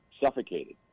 suffocated